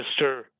Mr